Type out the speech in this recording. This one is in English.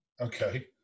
Okay